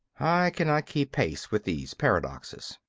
i cannot keep pace with these paradoxes.